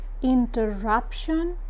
interruption